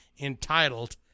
entitled